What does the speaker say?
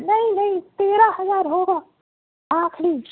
نہیں نہیں تیرہ ہزار ہوگا آخری